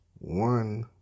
one